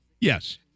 Yes